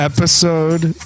Episode